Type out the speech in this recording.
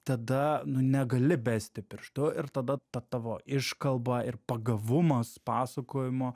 tada nu negali besti pirštu ir tada ta tavo iškalba ir pagavumas pasakojimo